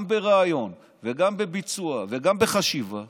גם ברעיון וגם בביצוע וגם בחשיבה,